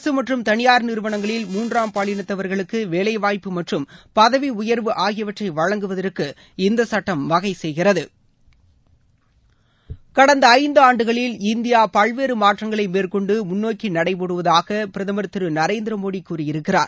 அரசு மற்றும் தனியார் நிறுவனங்களில் மூன்றாம் பாலினத்தவர்களுக்கு வேலைவாய்ப்பு மற்றும் பதவி உயர்வு ஆகியவற்றை வழங்குவதற்கு இந்த சட்டம் வகை செய்கிறது கடந்த ஐந்தாண்டுகளில் இந்தியா பல்வேறு மாற்றங்களை மேற்கொண்டு முன்னோக்கி நடை போடுவதாக பிரதமர் திரு நரேந்திர மோடி கூறியிருக்கிறார்